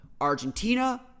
Argentina